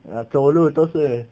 ah 走路都是